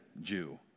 Jew